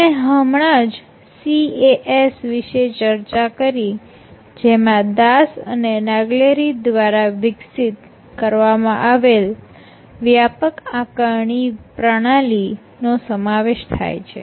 આપણે હમણાં જ CAS વિશે ચર્ચા કરી જેમાં દાસ અને નાગલેરી દ્વારા વિકસિત કરવામાં આવેલ વ્યાપક આકારણી પ્રણાલી નો સમાવેશ છે